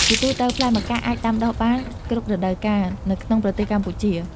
ជាទូទៅ ផ្លែម្កាក់អាចដាំដុះបាន គ្រប់រដូវកាល នៅក្នុងប្រទេសកម្ពុជា។